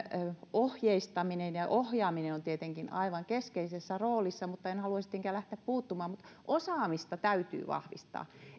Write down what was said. ohjeistaminen ja ohjaaminen on tietenkin aivan keskeisessä roolissa en haluaisi tietenkään lähteä puuttumaan mutta osaamista täytyy vahvistaa